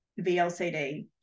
VLCD